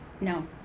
No